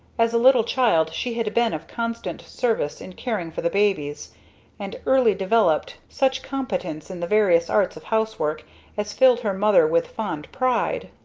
as a little child she had been of constant service in caring for the babies and early developed such competence in the various arts of house work as filled her mother with fond pride,